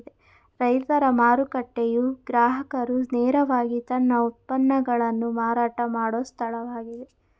ರೈತರ ಮಾರುಕಟ್ಟೆಯು ಗ್ರಾಹಕರು ನೇರವಾಗಿ ತಮ್ಮ ಉತ್ಪನ್ನಗಳನ್ನು ಮಾರಾಟ ಮಾಡೋ ಸ್ಥಳವಾಗಿದೆ